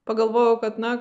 pagalvojau kad na